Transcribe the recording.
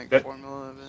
formula